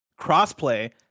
crossplay